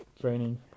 training